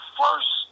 first